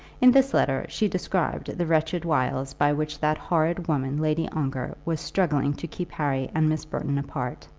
in this letter she described the wretched wiles by which that horrid woman lady ongar was struggling to keep harry and miss burton apart.